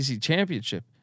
championship